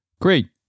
Great